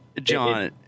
John